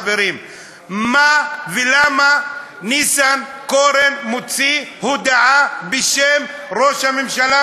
חברים: על מה ולמה ניסנקורן מוציא הודעה בשם ראש הממשלה,